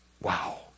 Wow